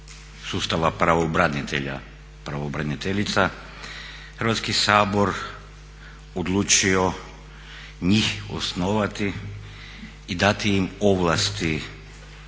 Hrvatski sabor odlučio njih osnovati i dati im ovlasti